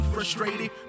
Frustrated